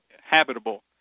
habitable